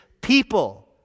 people